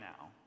now